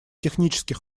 технический